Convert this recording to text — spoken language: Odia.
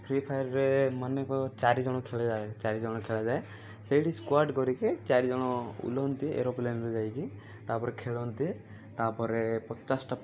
ଫ୍ରି ଫାୟାର୍ରେ ମାନେ ଚାରି ଜଣ ଖେଳିଯାଏ ଚାରିଜଣ ଖେଳାଯାଏ ସେଇଠି ସ୍କ୍ୱାଡ଼୍ କରିକି ଚାରି ଜଣ ଓହ୍ଲାନ୍ତି ଏରୋପ୍ଲେନ୍ରେ ଯାଇକି ତା'ପରେ ଖେଳନ୍ତି ତା'ପରେ ପଚାଶଟା